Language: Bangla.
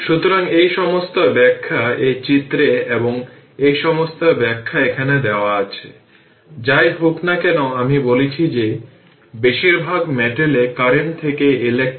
সুতরাং এটি এমন একটি যেখানে স্লোপটি নেগেটিভ হবে তাই এটি হবে 10 এবং 4 থেকে 5 মানে এটি 1 মাইক্রোসেকেন্ড